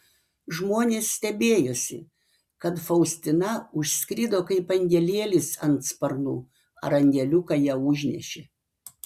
žmonės stebėjosi kad faustina užskrido kaip angelėlis ant sparnų ar angeliukai ją užnešė